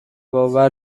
باور